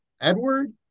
Edward